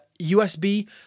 USB